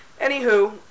anywho